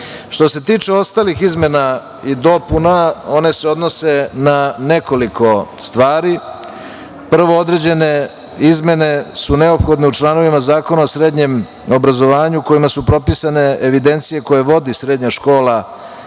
se tiče ostalih izmena i dopuna, one se odnose na nekoliko stvari. Prvo, određene izmene su neophodne u članovima Zakona o srednjem obrazovanju kojima su propisane evidencije koje vodi srednja škola